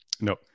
No